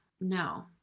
No